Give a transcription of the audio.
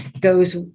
goes